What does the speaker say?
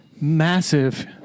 massive